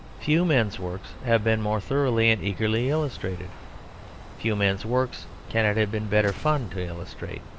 few men's works have been more thoroughly and eagerly illustrated few men's works can it have been better fun to illustrate.